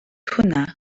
hwnna